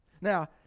Now